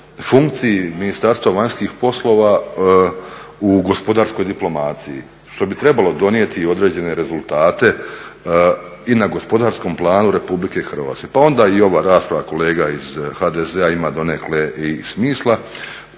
funkciji Ministarstva vanjskih poslova u gospodarskoj diplomaciji što bi trebalo donijeti i određene rezultate i na gospodarskom planu Republike Hrvatske. Pa onda i ova rasprava kolega iz HDZ-a ima donekle i smisla,